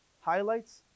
Highlights